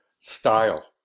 style